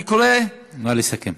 אני קורא, נא לסכם.